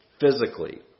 physically